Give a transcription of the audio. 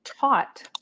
taught